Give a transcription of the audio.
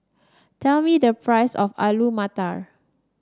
tell me the price of Alu Matar